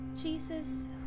Jesus